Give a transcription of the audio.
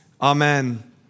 amen